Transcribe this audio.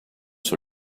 sur